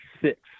six